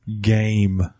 game